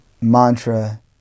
mantra